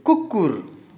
कुकुर